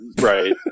right